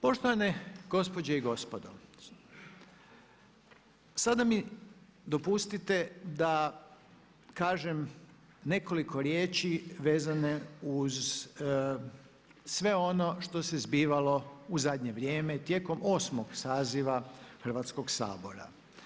Poštovane gospođe i gospodo sada mi dopustite da kažem nekoliko riječi vezane uz sve ono što se zbivalo u zadnje vrijeme tijekom 8. saziva Hrvatskog sabora.